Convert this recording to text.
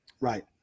Right